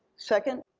second,